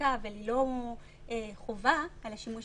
בחקיקה אבל היא לא חובה על השימוש,